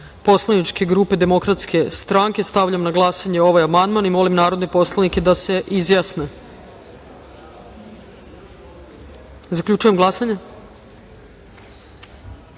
poslaničke grupe Demokratske stranke. Stavljam na glasanje ovaj amandman. Molim narodne poslanike da se izjasne. Zaključujem glasanje: